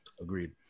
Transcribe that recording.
agreed